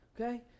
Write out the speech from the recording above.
Okay